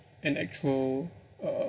an actual uh